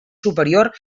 superior